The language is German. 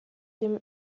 dem